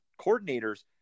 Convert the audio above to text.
coordinators